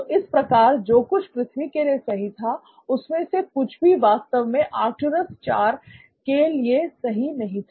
तो इस प्रकार जो कुछ पृथ्वी के लिए सही था उसमें से कुछ भी वास्तव में आर्कटूरूस IV के लिए सही नहीं था